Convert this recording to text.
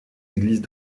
églises